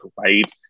right